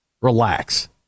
Relax